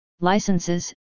licenses